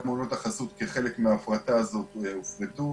גם מעונות החסות, כחלק מההפרטה הזו, הופרטו.